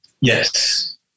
Yes